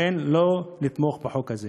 לא לתמוך בחוק הזה.